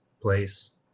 place